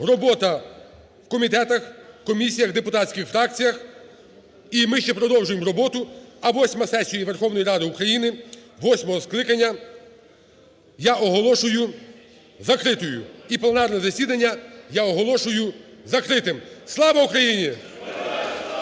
робота в комітетах, комісіях, депутатських фракціях, і ми ще продовжуємо роботу. А восьму сесію Верховної Ради України восьмого скликання я оголошую закритою. І пленарне засідання я оголошую закритим. Слава Україні!